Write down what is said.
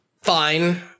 fine